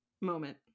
moment